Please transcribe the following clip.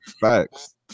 Facts